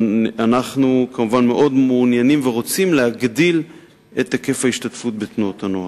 ואנחנו מאוד מעוניינים ורוצים להגדיל את היקף ההשתתפות בתנועות הנוער.